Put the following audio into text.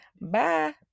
Bye